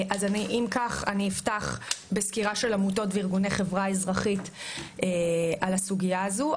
אני אפתח בסקירה של עמותות וארגוני חברה אזרחית על הסוגייה הזו.